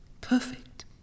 perfect